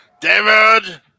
David